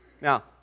Now